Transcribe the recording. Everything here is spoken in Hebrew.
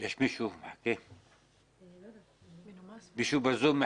בתגובתה לבית המשפט העריכה את העלות התקציבית הכוללת,